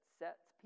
sets